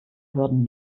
hürden